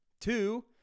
Two